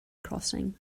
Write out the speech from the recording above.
crossing